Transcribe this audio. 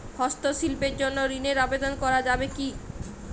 হস্তশিল্পের জন্য ঋনের আবেদন করা যাবে কি?